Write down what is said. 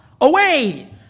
away